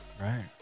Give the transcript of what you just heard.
Right